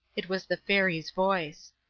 it was the fairy's voice.